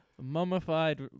mummified